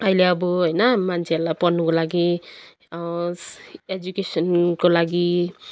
अहिले अब होइन मान्छेहरूलाई पढ्नुको लागि एजुकेसनको लागि